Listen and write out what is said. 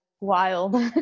wild